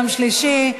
יום שלישי,